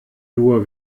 nur